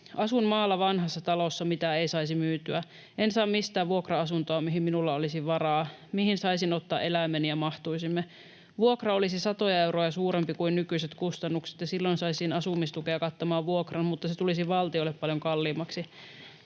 Asun maalla vanhassa talossa, mitä ei saisi myytyä. En saa mistään vuokra-asuntoa, mihin minulla olisi varaa, mihin saisin ottaa eläimen ja mahtuisimme. Vuokra olisi satoja euroja suurempi kuin nykyiset kustannukset, ja silloin saisin asumistukea kattamaan vuokran, mutta se tulisi valtiolle paljon kalliimmaksi.